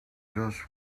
just